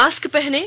mask पहनें